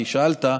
כי שאלת,